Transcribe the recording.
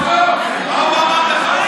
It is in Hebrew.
מה הוא אמר לך?